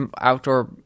outdoor